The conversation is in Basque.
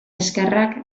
eskerrak